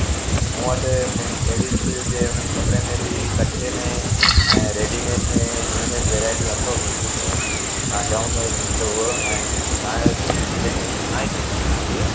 ऐं मूं वटि में लेडिस जे हुन कपिड़े में बि कचे में ऐं रेडीमेड में ऐं इन में बि वेराइटियूं अथव सुठियूं सुठियूं तव्हां चओ त तव्हां खे हूअ तव्हां जे ऐं जी